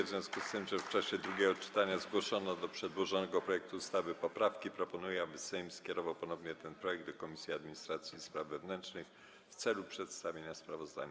W związku z tym, że w czasie drugiego czytania zgłoszono do przedłożonego projektu ustawy poprawki, proponuję, aby Sejm skierował ponownie ten projekt do Komisji Administracji i Spraw Wewnętrznych w celu przedstawienia sprawozdania.